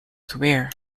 career